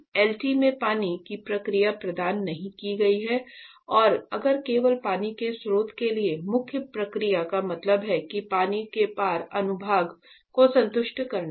LT में पानी की प्रक्रिया प्रदान नहीं की है और अगर केवल पानी के स्रोत के लिए मुख्य प्रक्रिया का मतलब है कि पानी के पार अनुभाग को संतुष्ट करना है